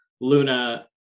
Luna